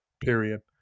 period